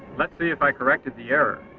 let's see if i corrected the error.